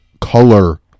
color